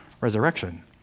resurrection